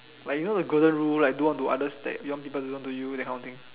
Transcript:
like you know the golden rule like do unto others that you want people to do unto you that kind of thing